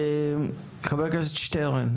חבר הכנסת שטרן.